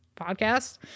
podcast